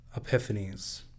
epiphanies